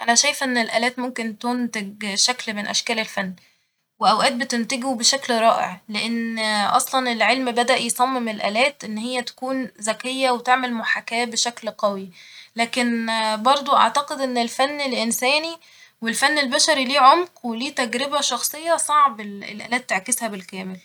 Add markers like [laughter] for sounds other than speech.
أنا شايفه إن الآلات ممكن تنتج شكل من أشكال الفن ، وأوقات بتنتجه بشكل رائع ، لإن [hesitation] اصلا العلم بدأ يصمم الآلات إن هي تكون زكية وتعمل محاكاة بشكل قوي ، لكن برضه أعتقد إن الفن الانساني و الفن البشري ليه عمق وليه تجربة شخصية صعب ال- الآلات تعكسها بالكامل